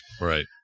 right